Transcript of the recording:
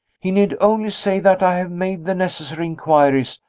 he need only say that i have made the necessary inquiries,